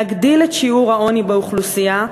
להגדיל את שיעור העוני באוכלוסייה,